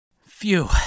Phew